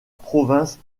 province